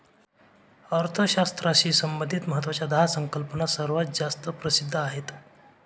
अर्थशास्त्राशी संबंधित महत्वाच्या दहा संकल्पना सर्वात जास्त प्रसिद्ध आहेत